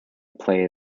play